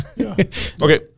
Okay